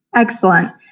excellent.